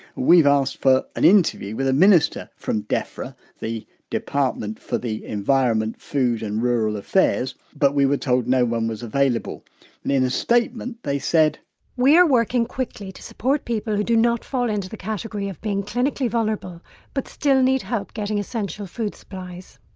we've asked for an interview with a minister from defra, the department for the environment, food and rural affairs, but we were told no one was available. and in a statement they said defra statement we are working quickly to support people who do not fall into the category of being clinically vulnerable but still need help getting essential food supplies.